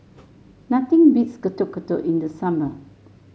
nothing beats Getuk Getuk in the summer